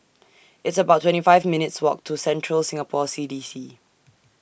It's about twenty five minutes' Walk to Central Singapore C D C